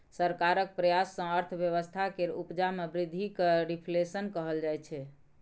सरकारक प्रयास सँ अर्थव्यवस्था केर उपजा मे बृद्धि केँ रिफ्लेशन कहल जाइ छै